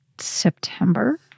September